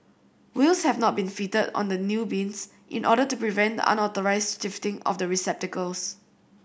wheels have not been fitted on the new bins in order to prevent the unauthorised shifting of the receptacles